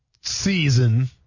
season